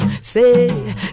Say